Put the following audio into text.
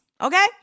okay